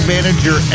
Manager